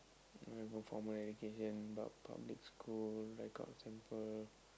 then I performer at occasion about public school like got sample